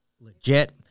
legit